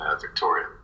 Victoria